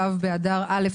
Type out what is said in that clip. ו' באדר א',